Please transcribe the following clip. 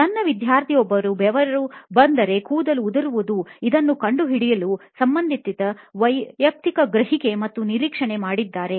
ನನ್ನ ವಿದ್ಯಾರ್ಥಿಯೊಬ್ಬರು ಬೆವರು ಬಂದರೆ ಕೂದಲು ಉದುರುವುದು ಇದನ್ನು ಕಂಡುಹಿಡಿಯಲು ಸಂಬಂಧಿಸಿದ ವೈಯಕ್ತಿಕ ಗ್ರಹಿಕೆ ಮತ್ತು ನಿರೀಕ್ಷಣೆ ಮಾಡಿದ್ದಾರೆ